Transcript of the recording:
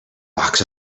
box